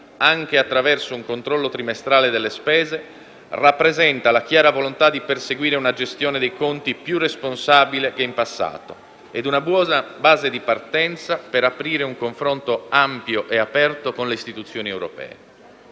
anche attraverso un controllo trimestrale delle spese, rappresenta la chiara volontà di perseguire una gestione dei conti più responsabile che in passato e una buona base di partenza per aprire un confronto ampio e aperto con le istituzioni europee.